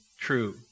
true